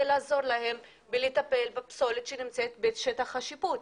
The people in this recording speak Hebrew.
לעזור להם לטפל בפסולת שנמצאת בשטח השיפוט?